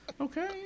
Okay